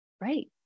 Right